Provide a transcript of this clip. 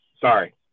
Sorry